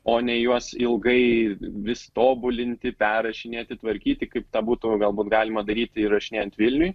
o ne juos ilgai vis tobulinti perrašinėti tvarkyti kaip tą būtų galbūt galima daryti įrašinėjant vilniuj